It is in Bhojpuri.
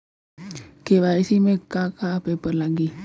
के.वाइ.सी में का का पेपर लगी?